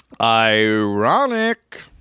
Ironic